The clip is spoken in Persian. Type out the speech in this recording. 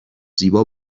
زیبا